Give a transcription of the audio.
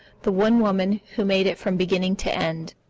the one woman who made it from beginning to end.